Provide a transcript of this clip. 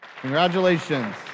Congratulations